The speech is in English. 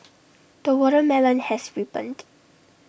the watermelon has ripened